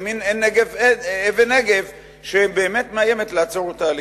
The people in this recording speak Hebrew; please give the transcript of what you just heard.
מין אבן נגף שבאמת מאיימת לעצור תהליכים.